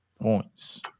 points